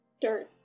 Dirt